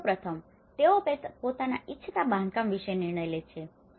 અને સૌપ્રથમ તેઓ પોતાના ઇચ્છતા બાંધકામ વિશે નિર્ણયો લે છે